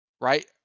right